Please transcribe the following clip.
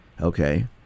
Okay